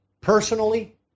Personally